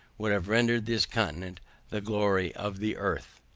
would have rendered this continent the glory of the earth.